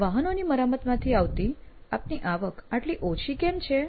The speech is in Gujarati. વાહનોની મરામતમાંથી આવતી આપની આવક આટલી ઓછી કેમ છે